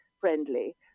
friendly